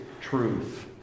truth